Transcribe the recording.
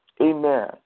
Amen